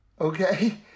okay